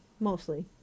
Mostly